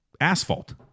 asphalt